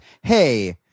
hey